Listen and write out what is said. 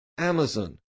Amazon